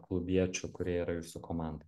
klubiečių kurie yra jūsų komandoj